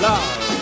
Love